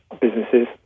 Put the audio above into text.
businesses